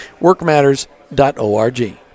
Workmatters.org